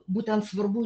būten svarbu